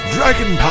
Dragon